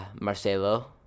Marcelo